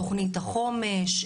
תכנית החומש,